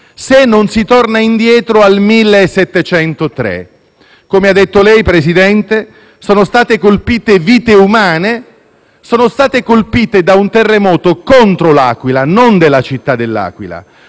se non si torna indietro al 1703. Come lei ha detto, signor Presidente, vite umane sono state colpite da un terremoto contro L'Aquila e non della città dell'Aquila.